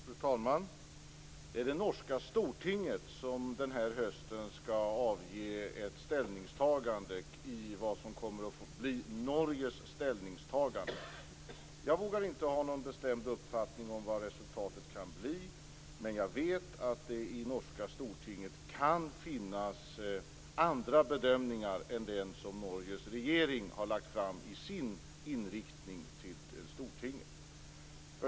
Fru talman! Det är det norska stortinget som den här hösten skall avgöra vad som kommer att bli Norges ställningstagande. Jag vågar inte ha någon bestämd uppfattning om vad resultatet kan bli, men jag vet att det i norska stortinget kan finnas andra bedömningar än den som Norges regering har lagt fram i sin inriktning till Stortinget.